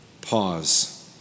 pause